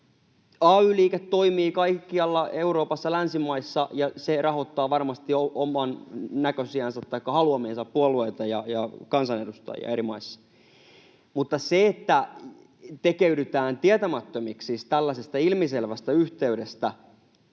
Ay-liike toimii kaikkialla Euroopassa länsimaissa, ja se rahoittaa varmasti jo omannäköisiänsä taikka haluamiansa puolueita ja kansanedustajia eri maissa. Mutta se, että tekeydytään tietämättömiksi tällaisesta ilmiselvästä yhteydestä,